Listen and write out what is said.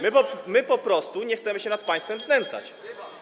My po prostu nie chcemy się nad państwem znęcać.